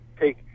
take